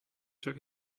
check